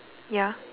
ya